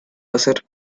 hacer